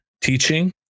teaching